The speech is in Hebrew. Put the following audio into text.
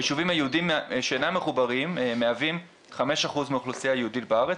היישובים היהודיים שאינם מחוברים מהווים 5% מהאוכלוסייה היהודית בארץ,